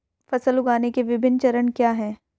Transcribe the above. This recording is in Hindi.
फसल उगाने के विभिन्न चरण क्या हैं?